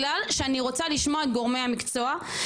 רוצה לשמוע את גורמי המקצוע.